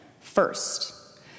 first